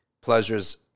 pleasures